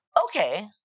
okay